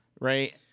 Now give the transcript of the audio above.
right